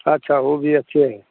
अच्छा ऊ भी अच्छे है